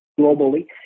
globally